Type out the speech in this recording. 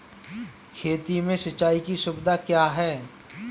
खेती में सिंचाई की सुविधा क्या है?